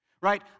right